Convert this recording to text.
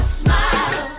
smile